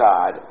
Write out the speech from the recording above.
God